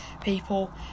people